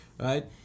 right